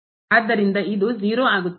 ಆದ್ದರಿಂದ ಇದು 0 ಆಗುತ್ತದೆ